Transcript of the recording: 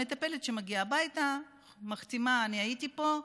המטפלת שמגיעה לבית מחתימה: אני הייתי פה,